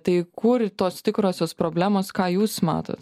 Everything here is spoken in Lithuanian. tai kur tos tikrosios problemos ką jūs matot